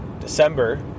December